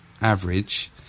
average